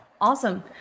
Awesome